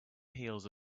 heels